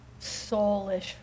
soulish